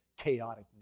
chaotic